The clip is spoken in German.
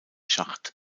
schacht